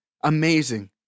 Amazing